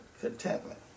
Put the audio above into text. contentment